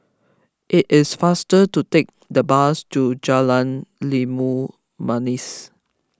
it is faster to take the bus to Jalan Limau Manis